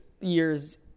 years